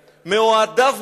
מאוהדיו,